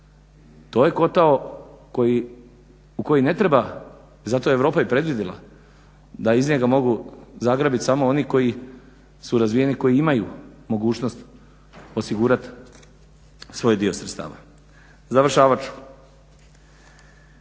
To je kotao u koji ne treba, zato je Europa i predvidjela da iz njega mogu zagrabit samo oni koji su razvijeni, koji imaju mogućnost osigurati svoj dio sredstava. Završavat